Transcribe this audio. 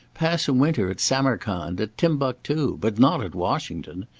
pass a winter at samarcand, at timbuctoo, but not at washington.